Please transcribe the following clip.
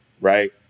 right